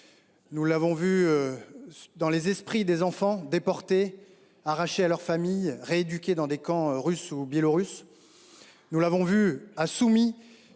Nous les avons vus dans les esprits des enfants déportés, arrachés à leurs familles, rééduqués dans des camps russes ou biélorusses. Nous les avons vus à Soumy,